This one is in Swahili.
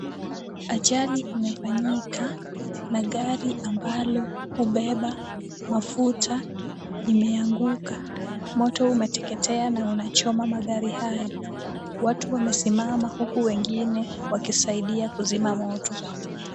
Ajali imefanyika na gari ambalo hubeba mafuta imeanguka. Moto umeteketea na unachoma magari hayo. Watu wamesimama huku wengine wakisaidia kuzima moto.